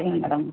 சரிங்க மேடம்